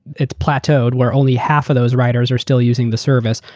it's plateaued where only half of those riders are still using the service,